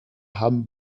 haben